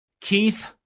Keith